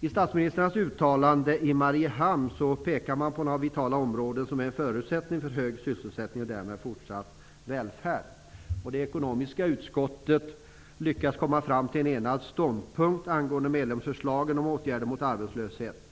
I statsministrarnas uttalande i Mariehamn pekar man på några vitala områden som är en förutsättning för hög sysselsättning och därmed för fortsatt välfärd. Det ekonomiska utskottet lyckades komma fram till en enad ståndpunkt angående medlemsförslagen om åtgärder mot arbetslöshet.